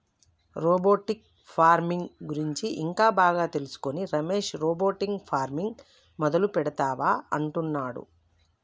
robotic farming గురించి ఇంకా బాగా తెలుసుకొని రమేష్ రోబోటిక్ ఫార్మింగ్ మొదలు పెడుతా అంటున్నాడు